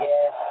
Yes